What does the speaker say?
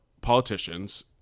politicians